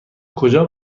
کجا